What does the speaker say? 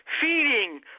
Feeding